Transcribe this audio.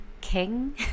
king